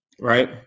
right